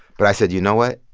but i said, you know what,